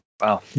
Wow